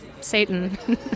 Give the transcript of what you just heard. Satan